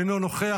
אינו נוכח.